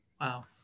Wow